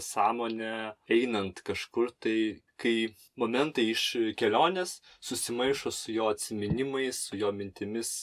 sąmonę einant kažkur tai kai momentai iš kelionės susimaišo su jo atsiminimais su jo mintimis